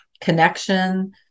connection